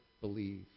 believe